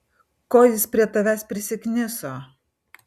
ko jis prie tavęs prisikniso